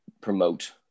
promote